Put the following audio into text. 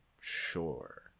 sure